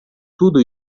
tudo